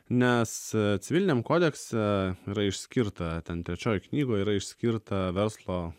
nes civiliniam kodekse yra išskirta ten trečioj knygoj yra išskirta verslo